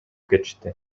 кетишти